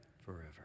forever